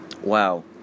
Wow